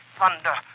thunder